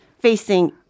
Facing